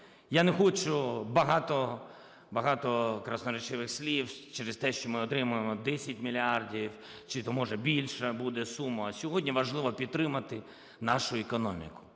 Я не хочу багато красноречивых слів через те, що ми отримуємо 10 мільярдів, чи то, може, більша буде сума. Сьогодні важливо підтримати нашу економіку,